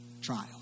Trials